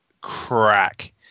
crack